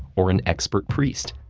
or an expert priest,